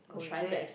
oh is it